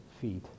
feet